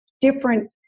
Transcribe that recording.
different